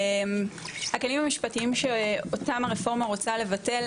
הכלים המשפטיים שאותם הרפורמה רוצה לבטל,